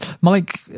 Mike